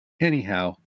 anyhow